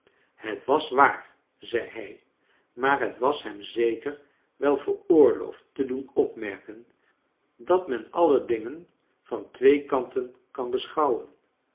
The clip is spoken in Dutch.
het was waar zei hij maar het was hem zeker wel veroorlooi'd te doen opmerken dat men all dingen van twee kanten kan beschouwen